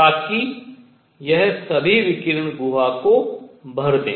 ताकि यह सभी विकिरण गुहा को भर दे